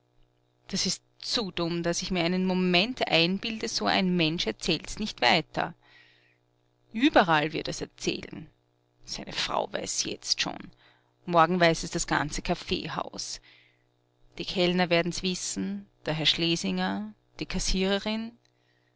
das ist zu dumm daß ich mir einen moment einbilde so ein mensch erzählt's nicht weiter überall wird er's erzählen seine frau weiß's jetzt schon morgen weiß es das ganze kaffeehaus die kellner werd'n's wissen der herr schlesinger die kassierin